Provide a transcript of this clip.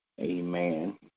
Amen